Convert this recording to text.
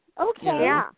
Okay